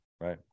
Right